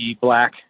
black